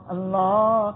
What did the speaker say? Allah